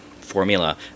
formula